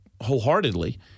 wholeheartedly